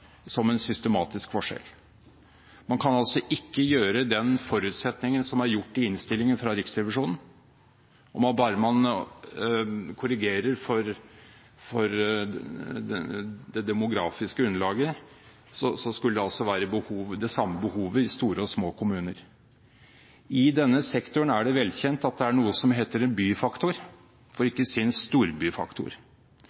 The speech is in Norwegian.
som en systematisk forskjell. Man kan ikke gjøre den forutsetningen som er gjort av Riksrevisjonen i innstillingen, altså si at bare man korrigerer for det demografiske underlaget, så er det det samme behovet i store og små kommuner. I denne sektoren er det vel kjent at det er noe som heter en byfaktor, for